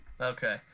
Okay